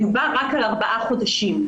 מדובר רק על ארבעה חודשים".